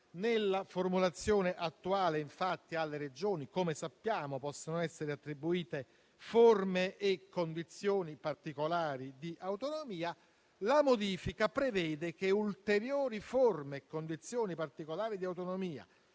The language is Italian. Nella formulazione attuale, infatti, alle Regioni, come sappiamo, possono essere attribuite forme e condizioni particolari di autonomia. La modifica prevede che ulteriori forme e condizioni particolari di autonomia,